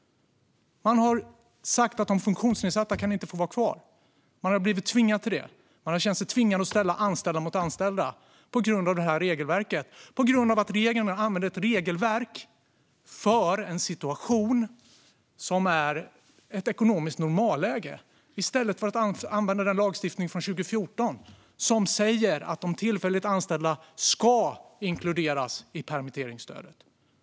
Man har sagt att de funktionsnedsatta inte kan få vara kvar. Man har tvingats till detta. Man har känt sig tvungen att ställa anställda mot anställda på grund av regelverket och på grund av att regeringen nu använder ett regelverk för en situation som är ett ekonomiskt normalläge i stället för att använda den lagstiftning från 2014 som säger att tillfälligt anställda ska inkluderas i permitteringsstödet.